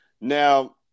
Now